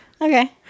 Okay